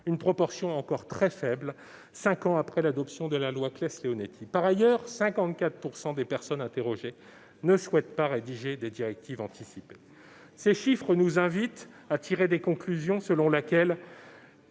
une proportion encore très faible, cinq ans après l'adoption de la loi Claeys-Leonetti. Par ailleurs, 54 % des personnes interrogées ne souhaitent pas en rédiger. Ces chiffres nous invitent à tirer la conclusion selon laquelle